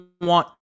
want